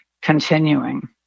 continuing